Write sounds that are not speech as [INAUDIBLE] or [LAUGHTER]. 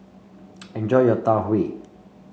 [NOISE] enjoy your Tau Huay